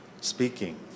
speaking